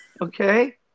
Okay